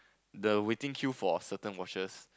the waiting queue for a certain watches